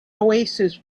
oasis